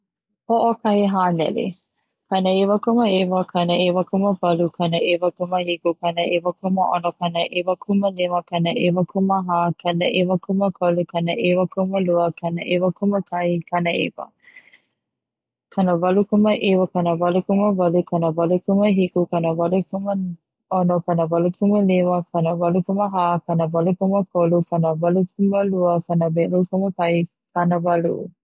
Ho'okahi haneli, kanaiwa kumaiwa, kanaiwa kumawalu, kanaiwa kumakihu, kanaiwa kuma'ono, kanaiwa kumalima, kanaiwa kumaha, kanaiwa kumakolu, kanaiwa kumalua, kanaiwa kumakahi kanaiwa, kanawalu kumaiwa, kamawalu kumawalu, kamawalu kumahiku, kanawalu kuma'ono, kanawalu kumalima, kanawalu kumaha, kanawalu kumakolu, kanawalu kumalua, kanawalu kumakahi kanawalu.